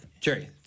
Jerry